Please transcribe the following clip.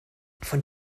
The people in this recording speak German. von